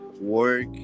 work